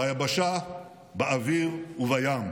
ביבשה, באוויר ובים.